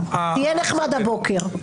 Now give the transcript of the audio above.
תהיה נחמד הבוקר.